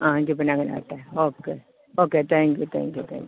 ആ എങ്കിൽ പിന്നങ്ങനാകട്ടെ okay okay thank you thank you thank you